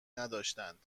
نداشتند